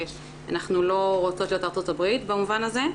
ואנחנו לא רוצות להיות ארה"ב במובן הזה.